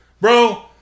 Bro